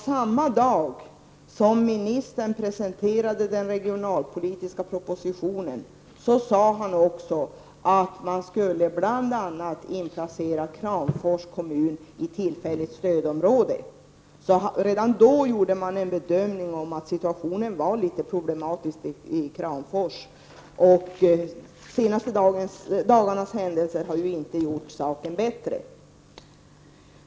Samma dag som ministern presenterade den regionalpolitiska propositionen sade han också att man bl.a. skulle inplacera Kramfors kommun i tillfälligt stödområde. Redan då gjorde man den bedömningen att situationen i Kramfors var problematisk, och de senaste dagarnas händelser har ju inte gjort saken bättre.